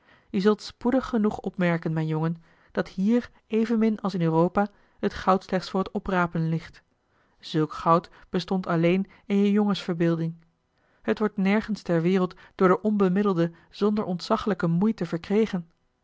je zult spoedig genoeg opmerken mijn jongen dat hier evenmin als in europa het goud slechts voor het oprapen ligt zulk goud bestond alleen in je jongensverbeelding t wordt nergens ter wereld door den onbemiddelde zonder ontzaglijke moeite verkregen